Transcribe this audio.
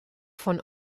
von